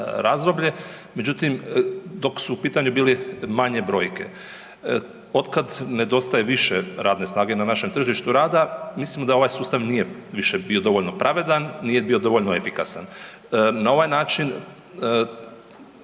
međutim dok su u pitanju bili manje brojke. Od kad nedostaje više radne snage na našem tržištu rada mislim da ovaj sustav nije više bio dovoljno pravedan, nije bio dovoljno efikasan.